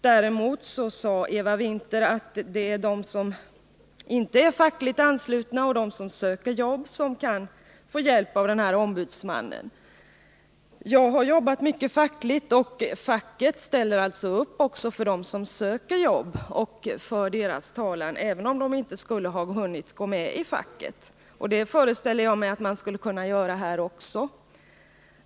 Däremot sade Eva Winther att de som inte är fackligt anslutna och de som söker jobb kan få hjälp av den här ombudsmannen. Jag har jobbat mycket med facket, och facket ställer upp också för dem som söker jobb och för deras talan även om de inte skulle ha hunnit gå med i facket. Det föreställer jag mig att man skall kunna göra här också.